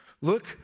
Look